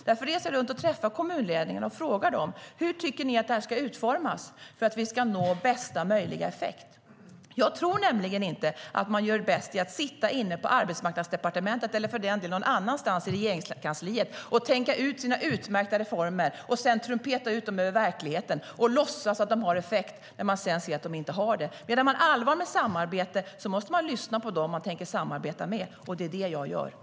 Därför reser jag runt och träffar kommunledningar och frågar dem hur de tycker att lösningen ska utformas för att nå bästa möjliga effekt.